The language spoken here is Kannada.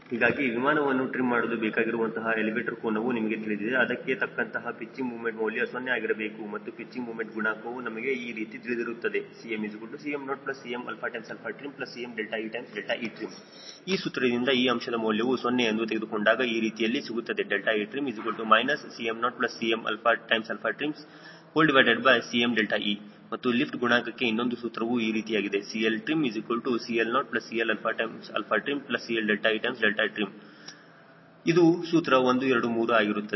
ಹೀಗಾಗಿ ವಿಮಾನವನ್ನು ಟ್ರಿಮ್ ಮಾಡಲು ಬೇಕಾಗಿರುವಂತಹ ಎಲಿವೇಟರ್ ಕೋನವು ನಿಮಗೆ ತಿಳಿದಿದೆ ಅದಕ್ಕೆ ತಕ್ಕಂತಹ ಪಿಚ್ಚಿಂಗ್ ಮೂಮೆಂಟ್ ಮೌಲ್ಯ 0 ಆಗಿರಬೇಕು ಮತ್ತು ಪಿಚ್ಚಿಂಗ್ ಮೂಮೆಂಟ್ ಗುಣಾಂಕವು ನಮಗೆ ಈ ರೀತಿ ತಿಳಿದಿರುತ್ತದೆ CmCm0CmtrimCmee trim ಈ ಸೂತ್ರದಿಂದ ಈ ಅಂಶದ ಮೌಲ್ಯವು 0 ಎಂದು ತೆಗೆದುಕೊಂಡಾಗ ಈ ರೀತಿಯಲ್ಲಿ ಸಿಗುತ್ತದೆ etrim Cm0CmtrimCme ಮತ್ತು ಲಿಫ್ಟ್ ಗುಣಾಂಕಕ್ಕೆ ಇನ್ನೊಂದು ಸೂತ್ರವು ಈ ರೀತಿಯಾಗಿದೆ CLtrimCL0CLtrimCLee trim ಇದು ಸೂತ್ರ 1 2 3 ಆಗಿರುತ್ತದೆ